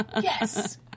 Yes